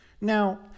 Now